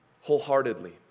wholeheartedly